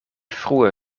frue